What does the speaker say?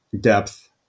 depth